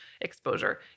exposure